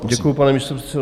Děkuji, pane místopředsedo.